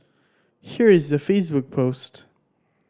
here is their Facebook post